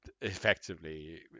effectively